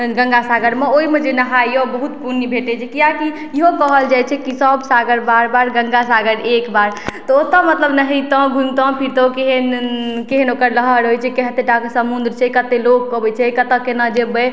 गंगासागरमे ओहिमे जे नहाइए ओ बहुत पुण्य भेटै छै किए कि इहो कहल जाइ छै कि सब सागर बार बार गंगासागर एक बार तऽ ओतो मतलब नहि तऽ घुइमतहुॅं फिरतहुॅं केहन केहन ओकर लहर होइ छै किए अतेक डाक समुद्र छै कतेक लोक अबै छै कतऽ केना जेबै